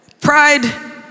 Pride